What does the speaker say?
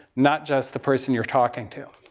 not just the person you're talking to.